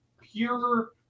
pure